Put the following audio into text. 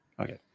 Okay